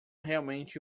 realmente